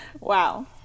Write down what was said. Wow